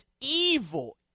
evil